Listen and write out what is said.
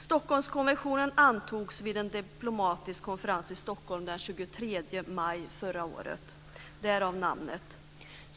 Stockholmskonventionen antogs vid en diplomatisk konferens i Stockholm den 23 maj förra året, därav namnet.